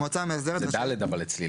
המועצה המאסדרת" --- אבל זה (ד) אצלי.